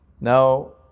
now